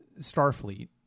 Starfleet